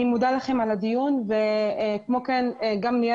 אני מודה לכם על הדיון וכמוכן גם ניר